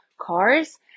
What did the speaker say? cars